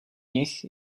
nich